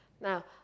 Now